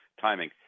timing